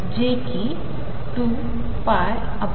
जे कि 2 hpआहे